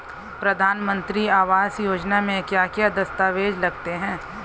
प्रधानमंत्री आवास योजना में क्या क्या दस्तावेज लगते हैं?